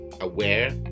aware